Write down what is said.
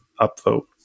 upvote